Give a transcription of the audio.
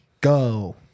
go